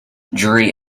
drury